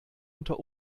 unter